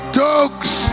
dogs